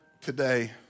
today